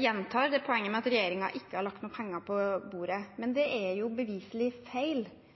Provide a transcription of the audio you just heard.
gjentar poenget med at regjeringen ikke har lagt noen penger på bordet, men det